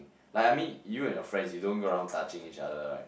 like I mean you and your friends you don't go around touching each other right